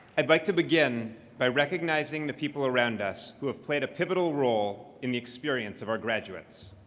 i'd like to begin by recognizing the people around us who have played a pivotal role in the experience of our graduates.